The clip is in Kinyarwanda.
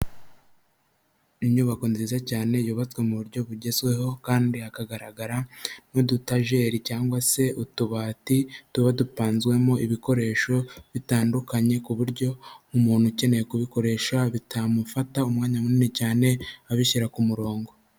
Inyubako nziza cyane yubatswe mu buryo bugezweho kandi hakagaragara n'udutageri cyangwa se utubati, tuba dupanzwemo ibikoresho bitandukanye ku buryo umuntu ukeneye kubikoresha bitamufata umwanya munini cyane abishyira ku murongo.